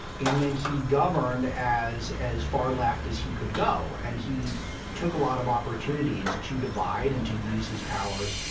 and then he governed as as far left as he could go. and he took a lot of opportunities to divide and to use his powers